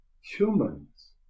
humans